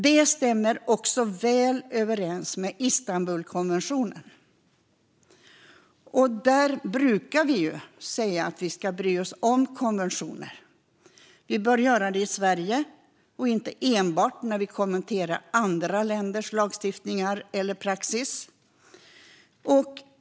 Detta stämmer också väl överens med Istanbulkonventionen. Vi brukar ju säga att vi ska bry oss om konventioner. Vi bör göra det även i Sverige och inte enbart när vi kommenterar andra länders lagstiftningar eller praxis.